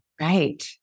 Right